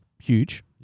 Huge